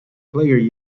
player